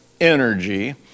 energy